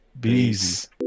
Peace